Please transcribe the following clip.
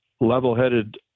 level-headed